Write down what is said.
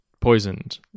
poisoned